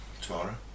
tomorrow